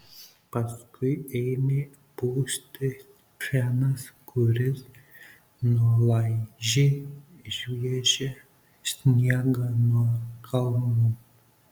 paskui ėmė pūsti fenas kuris nulaižė šviežią sniegą nuo kalnų